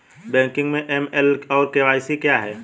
Banking में AML और KYC क्या हैं?